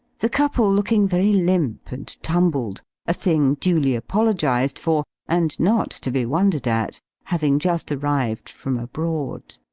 the couple looking very limp and tumbled a thing duly apologised for, and not to be wondered at having just arrived from abroad.